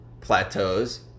plateaus